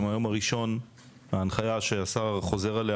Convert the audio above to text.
שמהיום הראשון ההנחיה שהשר חוזר עליה,